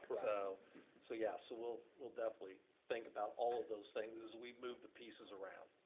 so so yeah, so we'll we'll definitely think about all of those things as we move the pieces around.